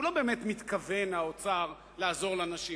הוא לא באמת מתכוון, האוצר, לעזור לנשים.